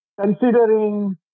Considering